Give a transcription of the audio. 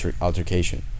altercation